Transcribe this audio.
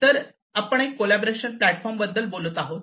तर आपण एक कॉलॅबोरेशन प्लॅटफॉर्म बद्दल बोलत आहोत